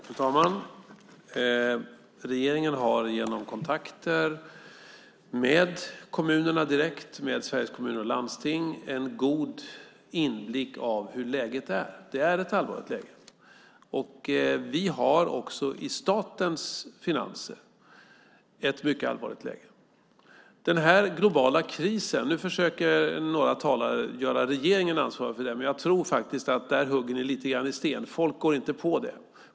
Fru talman! Regeringen har genom kontakter med kommunerna direkt och med Sveriges Kommuner och Landsting en god inblick i hur läget är. Det är ett allvarligt läge. Vi har också i statens finanser ett mycket allvarligt läge. Nu försöker några talare göra regeringen ansvarig för den globala krisen, men jag tror faktiskt att ni där hugger lite grann i sten. Folk går inte på det.